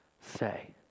say